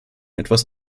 etwas